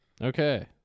Okay